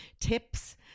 tips